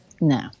no